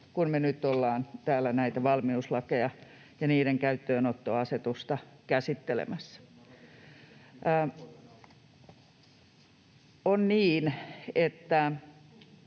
kun me nyt ollaan täällä näitä valmiuslakeja ja niiden käyttöönottoasetusta käsittelemässä. On niin, että